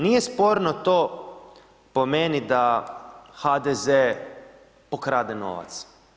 Nije sporno to po meni da HDZ pokrade novac.